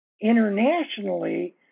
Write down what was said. Internationally